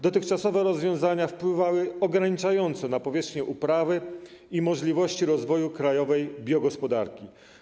Dotychczasowe rozwiązania wpływały ograniczająco na powierzchnię uprawy i możliwości rozwoju krajowej biogospodarki.